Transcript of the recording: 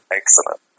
excellent